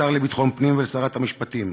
לשר לביטחון פנים ולשרת המשפטים: